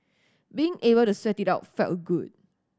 being able to sweat it out felt good